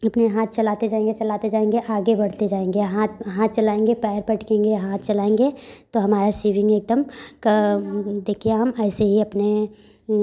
जितने हाथ चलाते जाएँगे चलाते जाएँगे आगे बढ़ते जाएँगे हाथ हाथ चलाएँगे पैर पटेंगे हाथ चलाएँगे तो हमारे शरीर में एकदम ऐसे ही हम अपने